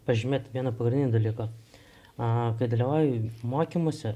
pažymėt vieną pagrindinį dalyką a kai dalyvauji mokymuose